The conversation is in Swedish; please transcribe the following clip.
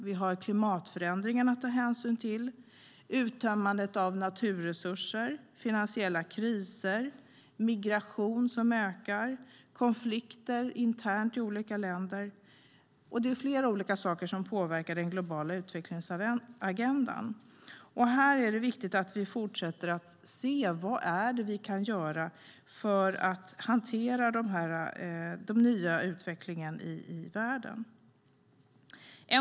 Det finns klimatförändringar att ta hänsyn till, vidare uttömmande av naturresurser, finansiella kriser, ökande migration och interna konflikter i olika länder. Det är flera saker som påverkar den globala utvecklingsagendan. Här är det viktigt att vi fortsätter att se på vad vi kan göra för att hantera den nya utvecklingen i världen. Herr talman!